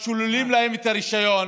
שוללים להם את הרישיון